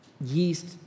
yeast